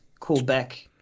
callback